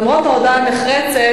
למרות ההודעה הנחרצת.